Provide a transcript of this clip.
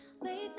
Late